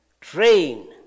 train